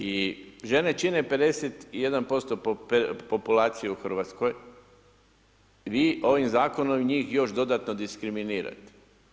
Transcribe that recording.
I žene čine 51% populacije u Hrvatskoj i vi ovim zakonom njih još dodatno diskriminirate.